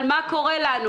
אבל מה קורה לנו?